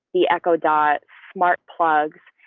the echo dot smart plugs,